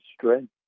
strength